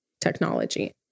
technology